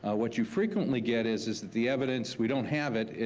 ah what you frequently get is, is that the evidence, we don't have it.